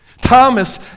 Thomas